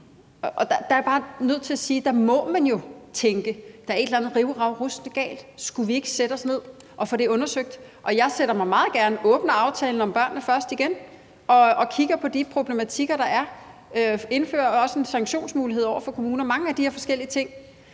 er jeg bare nødt til at sige, at der må man jo tænke: Der er et eller andet rivravruskende galt. Skulle vi ikke sætte os ned og få det undersøgt? Og jeg sætter mig meget gerne ned og åbner aftalen om »Børnene Først« igen og kigger på de problematikker, der er, også for at indføre en sanktionsmulighed over for kommunerne, mange af de her forskellige ting.